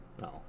No